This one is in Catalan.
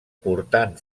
portant